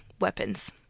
weapons